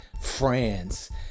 france